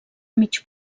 mig